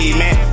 man